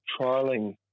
trialing